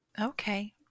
Okay